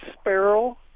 sparrow